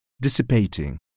dissipating